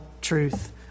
truth